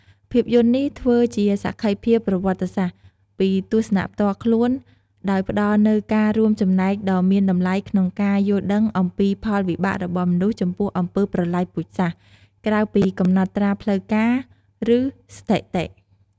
ភាពយន្តនេះធ្វើជាសក្ខីភាពប្រវត្តិសាស្ត្រ ពីទស្សនៈផ្ទាល់ខ្លួន ដោយផ្តល់នូវការរួមចំណែកដ៏មានតម្លៃក្នុងការយល់ដឹងអំពីផលវិបាករបស់មនុស្សចំពោះអំពើប្រល័យពូជសាសន៍ ក្រៅពីកំណត់ត្រាផ្លូវការ ឬស្ថិតិ។